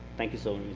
thank you so